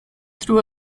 true